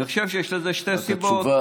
אני חושב שיש לזה שתי סיבות.